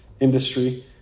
industry